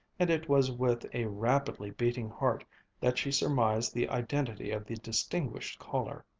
and it was with a rapidly beating heart that she surmised the identity of the distinguished caller.